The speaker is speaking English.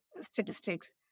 statistics